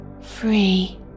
free